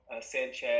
Sanchez